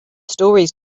stories